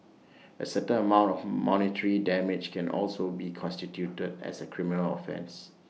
A certain amount of monetary damage can also be constituted as A criminal offence